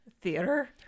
Theater